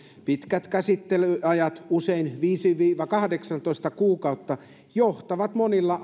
pitkät käsittelyajat usein viisi viiva kahdeksantoista kuukautta johtavat monilla